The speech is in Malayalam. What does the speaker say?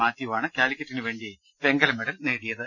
മാത്യുവാണ് കാലിക്കറ്റിന് വേണ്ടി വെങ്കലമെഡൽ നേടിയത്